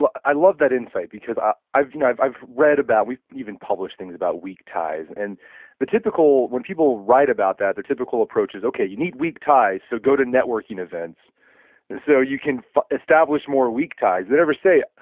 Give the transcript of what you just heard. i love that insight because i've you know i've read about, we've even published things about weak ties. and the typical when people write about that, their typical approach is okay, you need weak ties so go to networking events so you can establish more weak ties. they never say,